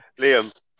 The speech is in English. Liam